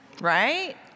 right